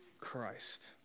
Christ